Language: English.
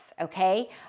okay